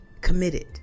committed